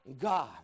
God